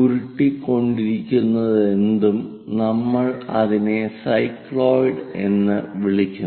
ഉരുട്ടിക്കൊണ്ടിരിക്കുന്നതെന്തും നമ്മൾ അതിനെ സൈക്ലോയിഡ് എന്ന് വിളിക്കുന്നു